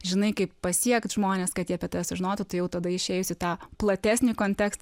žinai kaip pasiekt žmones kad jie apie tave sužinotų tai jau tada išėjus į tą platesnį kontekstą